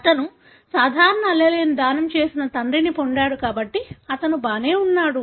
అతను సాధారణ allele ను దానం చేసిన తండ్రిని పొందాడు కాబట్టి అతను బాగానే ఉన్నాడు